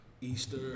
Easter